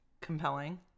compelling